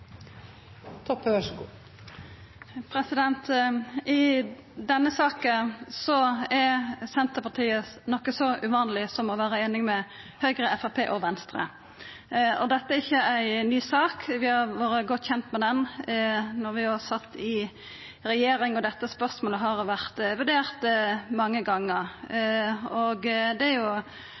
Senterpartiet noko så uvanleg som einig med Høgre, Framstegspartiet og Venstre. Dette er ikkje ei ny sak. Vi vart godt kjende med denne saka då vi sat i regjering, og dette spørsmålet har vorte vurdert mange gonger. Det er ei viktig sak, for manuellterapeutane er ei veldig viktig helsepersonellgruppe, spesielt når vi veit kor utbreidde muskel- og skjelettlidingar er,